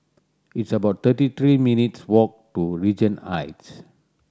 it's about thirty three minutes' walk to Regent Heights